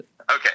Okay